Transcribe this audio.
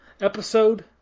episode